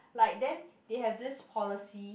like then they have this policy